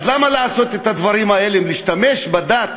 אז למה לעשות את הדברים האלה ולהשתמש בדת